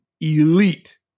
elite